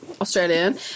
Australian